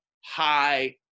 high